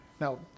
Now